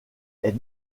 est